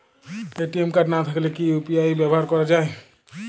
ATM card না থাকলে কি ইউ.পি.আই ব্যবহার করা য়ায়?